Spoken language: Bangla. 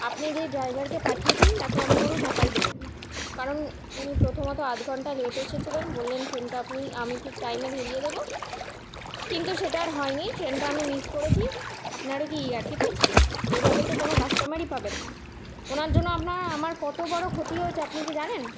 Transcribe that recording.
আপনি যে ড্রাইভারকে পাঠিয়েছেন তাকে আমি কোনো টাকাই দেব না কারণ উনি প্রথমত আধ ঘণ্টা লেট এসেছিলেন বললেন ট্রেনটা আপনি আমি ঠিক টাইমে ধরিয়ে দেব কিন্তু সেটা আর হয়নি ট্রেনটা আমি মিস করেছি আপনারা কি ইয়ার্কি পেয়েছেন এইভাবে তো কোনও কাস্টমারই পাবেন না ওনার জন্য আপনার আমার কত বড় ক্ষতি হয়েছে আপনি কি জানেন